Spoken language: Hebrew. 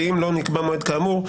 ואם לא נקבע מועד כאמור,